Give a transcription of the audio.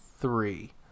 three